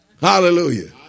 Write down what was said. Hallelujah